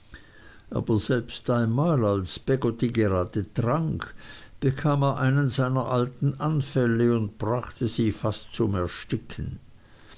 aber selbst einmal als peggotty gerade trank bekam er einen seiner alten anfälle und brachte sie fast zum ersticken